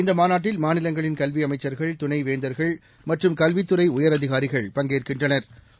இந்தமாநாட்டில் மாநிலங்களின் கல்விஅமைச்சர்கள் துணைவேந்தர்கள் மற்றும் கல்வித்துறைஉயரதிகாரிகள் பங்கேற்கின்றனா்